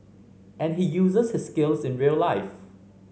and he uses his skills in real life